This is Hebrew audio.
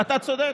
אתה צודק.